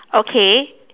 okay